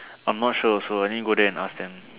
I'm not sure also I need go there and ask them